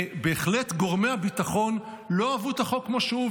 ובהחלט גורמי הביטחון לא אהבו את החוק כמו שהוא.